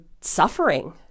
suffering